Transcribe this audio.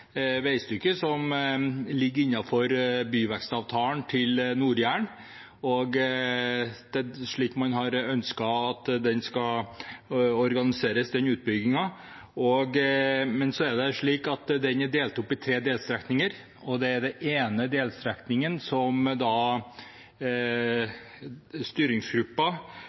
veistykke som ligger innenfor byvekstavtalen til Nord-Jæren, og det er slik man har ønsket at den utbyggingen skal organiseres. Utbyggingen er delt opp i tre delstrekninger, og det er den ene delstrekningen som